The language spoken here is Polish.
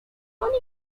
oni